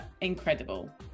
incredible